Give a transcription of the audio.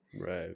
Right